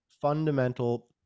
fundamental